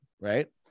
right